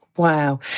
Wow